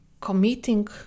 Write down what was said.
committing